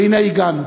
והנה הגענו.